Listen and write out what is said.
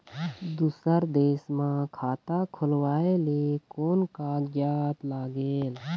दूसर देश मा खाता खोलवाए ले कोन कागजात लागेल?